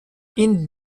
این